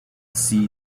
see